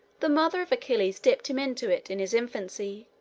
the mother of achilles dipped him into it in his infancy,